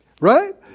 Right